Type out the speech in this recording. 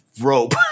rope